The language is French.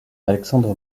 alexandre